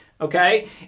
Okay